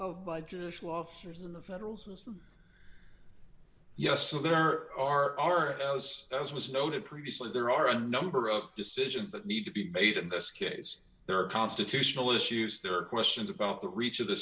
in the federal system yes there are those as was noted previously there are a number of decisions that need to be made in this case there are constitutional issues there are questions about the reach of the